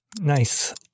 Nice